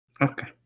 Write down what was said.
Okay